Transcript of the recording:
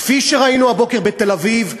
כפי שראינו הבוקר בתל-אביב,